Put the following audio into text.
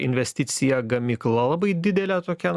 investicija gamykla labai didelė tokia